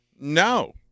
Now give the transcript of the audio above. No